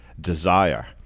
Desire